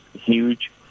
huge